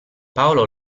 paolo